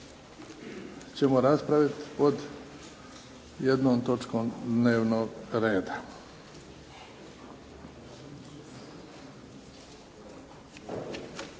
ćemo raspraviti pod jednom točkom dnevnog reda.